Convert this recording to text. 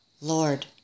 Lord